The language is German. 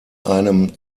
einem